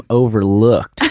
overlooked